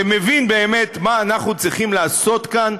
שמבין באמת מה אנחנו צריכים לעשות כאן,